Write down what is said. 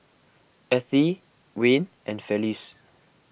Ethie Wayne and Felice